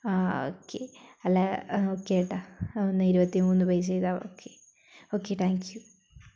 ആ ഒക്കെ അല്ല ഒക്കെ ചേട്ടാ എന്ന ഇരുപത്തിമൂന്ന് പേ ചെയ്താ ഒക്കെ ഒക്കെ താങ്ക്യു